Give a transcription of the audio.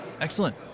Excellent